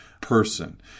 person